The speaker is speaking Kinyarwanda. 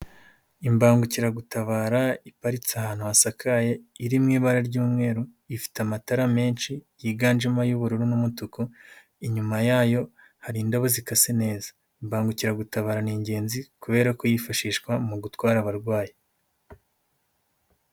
Imbangukiragutabara iparitse ahantu hasakaye, iri mu ibara ry'umweru, ifite amatara menshi yiganjemo ay'ubururu n'umutuku, inyuma yayo, hari indabo zikase neza. Imbangukiragutabara ni ingenzi kubera ko yifashishwa mu gutwara abarwayi.